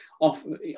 often